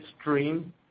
stream